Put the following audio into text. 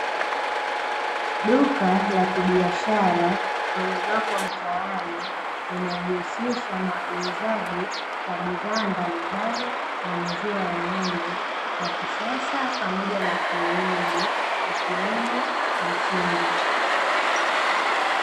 Duka la kibiashara lililoko mtaani, linajihusisha na uuzaji wa bidhaa mbalimbali ya maziwa ya ng'ombe wa kisasa pamoja na kienyeji, ikiwemo mtindi.